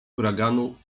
huraganu